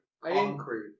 Concrete